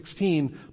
16